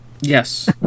Yes